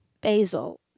Basil